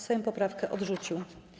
Sejm poprawkę odrzucił.